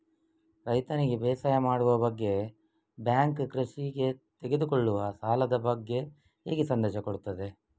ರೈತನಿಗೆ ಬೇಸಾಯ ಮಾಡುವ ಬಗ್ಗೆ ಬ್ಯಾಂಕ್ ಕೃಷಿಗೆ ತೆಗೆದುಕೊಳ್ಳುವ ಸಾಲದ ಬಗ್ಗೆ ಹೇಗೆ ಸಂದೇಶ ಕೊಡುತ್ತದೆ?